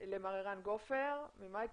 גופר ממיקרוסופט.